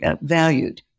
valued